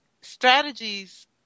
strategies